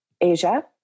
Asia